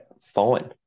fine